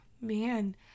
man